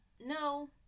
No